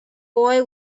boy